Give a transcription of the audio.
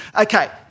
Okay